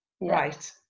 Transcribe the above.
right